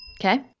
okay